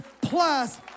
plus